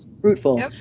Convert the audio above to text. fruitful